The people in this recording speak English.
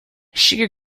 sugar